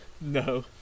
No